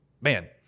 man